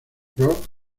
rock